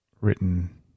written